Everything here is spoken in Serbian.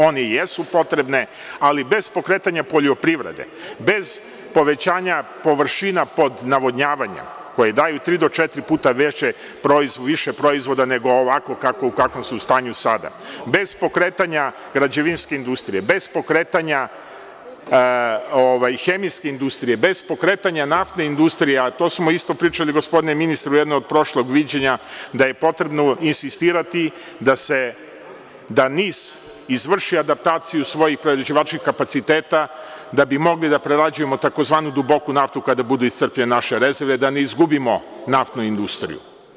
One jesu potrebne, ali bez pokretanja poljoprivrede, bez povećanja površina pod navodnjavanjem, koje daju tri do četiri puta više proizvoda nego ovako u kakvom su stanju sada, bez pokretanja građevinske industrije, bez pokretanja hemijske industrije, bez pokretanja naftne industrije, a to smo isto pričali, gospodine ministre, na jednom od prošlih viđanja, da je potrebno insistirati da NIS izvrši adaptaciju svojih prerađivačkih kapaciteta da bi mogli da prerađujemo tzv. duboku naftu kada budu iscrpljene naše rezerve, da ne izgubimo naftnu industriju.